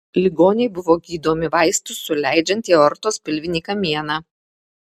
ligoniai buvo gydomi vaistus suleidžiant į aortos pilvinį kamieną